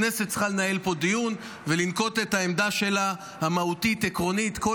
הכנסת צריכה לנהל פה דיון ולנקוט את העמדה המהותית-עקרונית שלה,